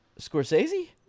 Scorsese